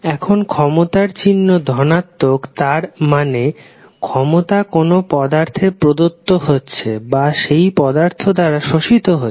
এখন ক্ষমতার চিহ্ন ধনাত্মক তার মানে ক্ষমতা কোন পদার্থে প্রদত্ত হচ্ছে বা সেই পদার্থ দ্বারা শোষিত হচ্ছে